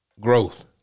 Growth